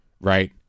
Right